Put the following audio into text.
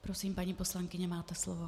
Prosím, paní poslankyně, máte slovo.